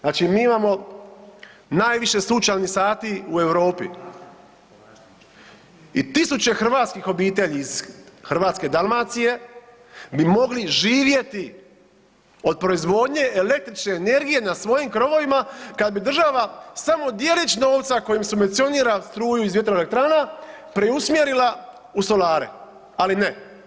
Znači, mi imamo najviše sunčanih sati u Europi i tisuće hrvatskih obitelji iz Hrvatske, Dalmacije, bi mogli živjeti od proizvodnje električne energije na svojim krovovima kad bi država samo djelić novca kojim subvencionira struju iz vjetroelektrana preusmjerila u solare, ali ne.